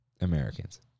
americans